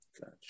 Gotcha